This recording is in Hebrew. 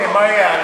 מה יהיה הלאה?